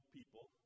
people